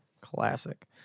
Classic